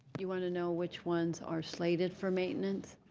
you want to know which ones are slated for maintenance,